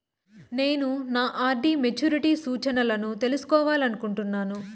నేను నా RD maturity సూచనలను తెలుసుకోవాలనుకుంటున్నాను